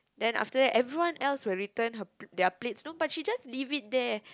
then after that everyone else will return her pla~ their plates but no she just leave it there